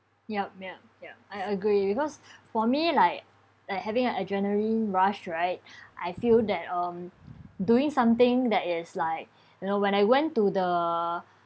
yup ya ya I agree because for me like like having a adrenaline rush right I feel that um doing something that is like you know when I went to the